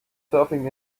surfing